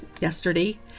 yesterday